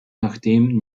nachdem